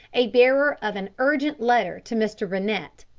a bearer of an urgent letter to mr. rennett,